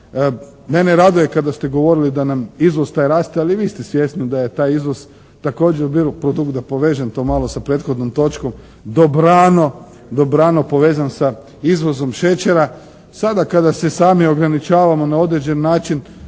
Mene raduje kada ste govorili da nam izvoz taj raste, ali vi ste svjesni da je taj izvoz također bio …/Govornik se ne razumije./… da povežem to malo sa prethodnom točkom dobrano povezan sa izvozom šećera. Sada kada se sami ograničavamo na određeni način